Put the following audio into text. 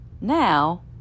now